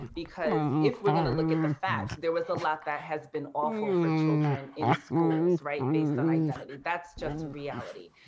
because if we are going to look at the facts, there was a lot that has awful for children in schools, right, based on identity. that's just reality.